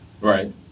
Right